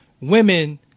Women